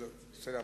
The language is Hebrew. בסדר,